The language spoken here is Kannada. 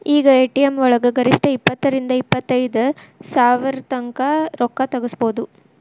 ಈಗ ಎ.ಟಿ.ಎಂ ವಳಗ ಗರಿಷ್ಠ ಇಪ್ಪತ್ತರಿಂದಾ ಇಪ್ಪತೈದ್ ಸಾವ್ರತಂಕಾ ರೊಕ್ಕಾ ತಗ್ಸ್ಕೊಬೊದು